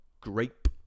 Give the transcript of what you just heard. Grape